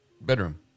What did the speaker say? bedroom